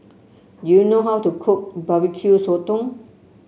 do you know how to cook Barbecue Sotong